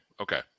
Okay